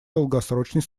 долгосрочной